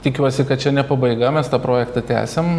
tikiuosi kad čia ne pabaiga mes tą projektą tęsiam